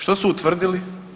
Što su utvrdili?